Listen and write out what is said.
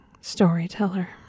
storyteller